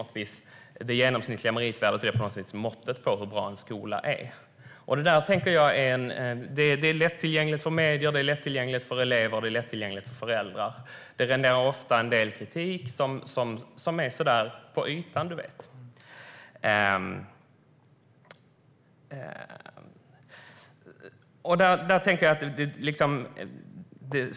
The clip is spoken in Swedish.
Och det genomsnittliga meritvärdet är på något sätt måttet på hur bra en skola är. Detta är lättillgängligt för medier, för elever och för föräldrar. Det renderar ofta en del kritik som är på ytan, som ministern vet.